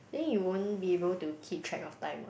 then you won't be able to keep track of time [what]